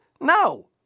no